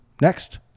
next